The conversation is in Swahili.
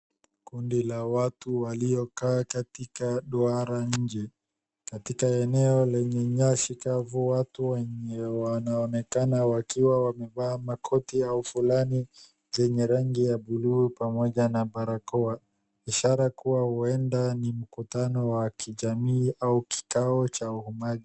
Kundi la watu waliokaa Katika duara nje, katika eneo lenye nyasi kavu. Watu wenye wanaonekana wakiwa wamevaa makoti yao fulani zenye rangi ya bluu pamoja na barakoa, ishara kuwa huenda ni mkutano wa kijamii au kikao cha umati.